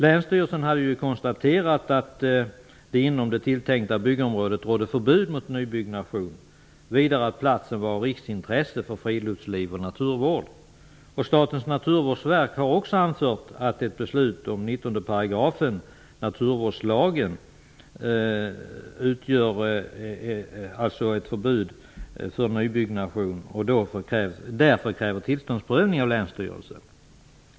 Länsstyrelsen konstaterade ju att det inom det tilltänkta byggområdet rådde förbud mot nybyggnation och vidare att platsen var av riksintresse för friluftsliv och naturvård. Statens naturvårdsverk anförde också att ett beslut enligt naturvårdslagen 19 § innebar ett förbud för nybyggnation. Därför krävdes det en tillståndsprövning av länsstyrelsen.